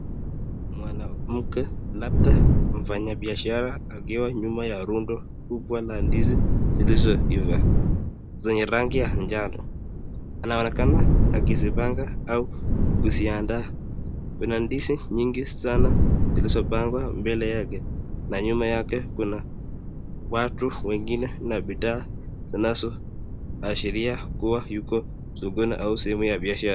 Mwanamke labda mfanyabiashara, akiwa nyuma ya rudo kubwa la ndizi zilizoiva zenye rangi ya jano. Anaonekana akizipanga au kuziandaa. Kuna ndizi nyingi sana zilizopangwa mbele yake, na nyuma yake kuna watu wengine na bidhaa zinazo ashiria kuwa yuko sokoni au sehemu ya biashara.